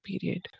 period